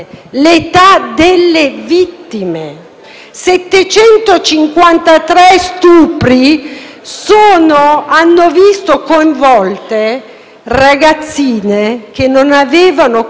753 stupri hanno visto coinvolte ragazzine che non avevano compiuto